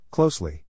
Closely